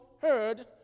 heard